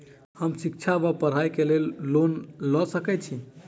हम शिक्षा वा पढ़ाई केँ लेल लोन लऽ सकै छी?